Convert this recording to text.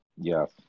yes